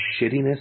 shittiness